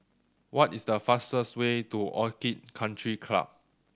what is the fastest way to Orchid Country Club